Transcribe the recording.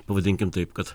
pavadinkim taip kad